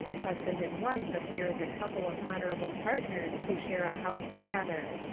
husband and wife appear as a couple of honourable part ners who share a house together.